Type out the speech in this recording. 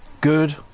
Good